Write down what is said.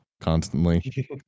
constantly